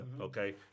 okay